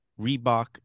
Reebok